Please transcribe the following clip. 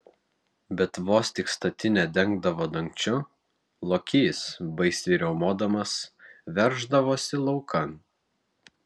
bet vos tik statinę dengdavo dangčiu lokys baisiai riaumodamas verždavosi laukan